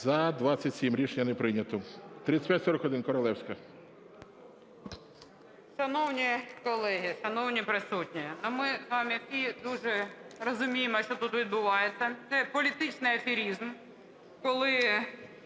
За-27 Рішення не прийнято. 3541, Королевська.